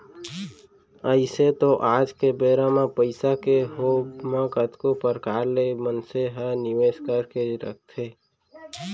अइसे तो आज के बेरा म पइसा के होवब म कतको परकार ले मनसे ह निवेस करके रखथे